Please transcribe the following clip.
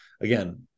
again